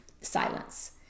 silence